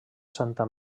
santa